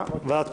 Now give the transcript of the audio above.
שבעה בעד.